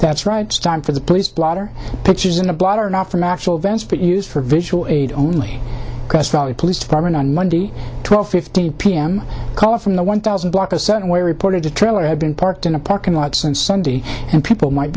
that's right time for the police blotter pictures in a blotter not from actual events but used for visual aid only because probably police department on monday twelve fifteen p m call from the one thousand block a certain way reported a trailer had been parked in a parking lot since sunday and people might